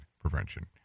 Prevention